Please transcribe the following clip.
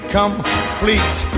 complete